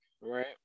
Right